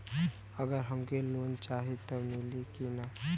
अगर हमके लोन चाही त मिली की ना?